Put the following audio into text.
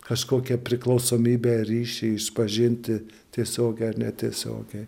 kažkokią priklausomybę ryšį išpažinti tiesiogiai ar netiesiogiai